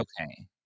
Okay